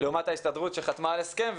לעומת ההסתדרות שחתמה על הסכם.